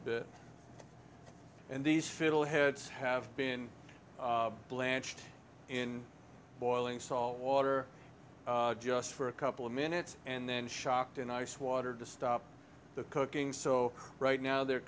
bit and these fiddleheads have been blanched in boiling salt water just for a couple of minutes and then shocked in ice water to stop the cooking so right now they're